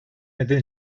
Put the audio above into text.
neden